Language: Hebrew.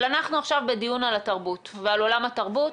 אבל אנחנו עכשיו בדיון על התרבות ועל עולם התרבות.